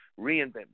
reinvent